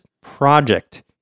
project